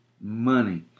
money